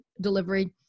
delivery